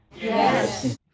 Yes